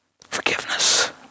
Forgiveness